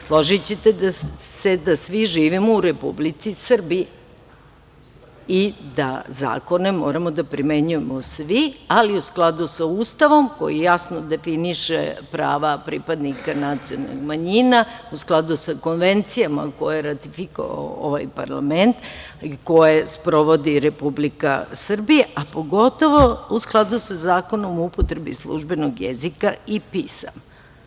Složićete se da svi živimo u Republici Srbiji i da zakone moramo da primenjujemo svi, ali u skladu sa Ustavom koji jasno definiše prava pripadnika nacionalnih manjina, u skladu sa konvencijama koje je ratifikovao ovaj parlament i koje sprovodi Republika Srbija, a pogotovo u skladu sa Zakonom o upotrebi službenoj jezika i pisama.